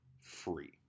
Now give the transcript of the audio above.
free